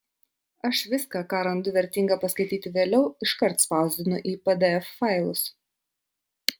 aš viską ką randu vertinga paskaityti vėliau iškart spausdinu į pdf failus